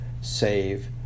save